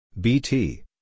Bt